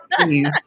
please